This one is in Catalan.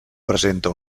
presenta